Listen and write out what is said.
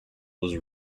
was